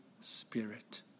Spirit